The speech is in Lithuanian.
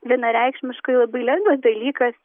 vienareikšmiškai labai lengvas dalykas